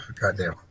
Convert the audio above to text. Goddamn